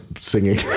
singing